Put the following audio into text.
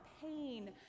pain